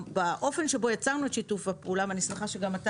באופן שבו יצרנו את שיתוף הפעולה ואני שמחה שגם אתה